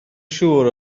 siŵr